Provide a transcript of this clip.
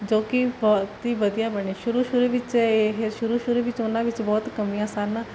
ਜੋ ਕੀ ਬਹੁਤ ਈ ਵਧੀਆ ਬਣੇ ਸ਼ੁਰੂ ਸ਼ੁਰੂ ਵਿੱਚ ਇਹ ਸ਼ੁਰੂ ਸ਼ੁਰੂ ਵਿੱਚ ਉਨ੍ਹਾਂ ਵਿੱਚ ਬਹੁਤ ਕਮੀਆਂ ਸਨ